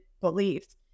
beliefs